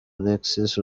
alexis